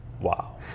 Wow